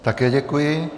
Také děkuji.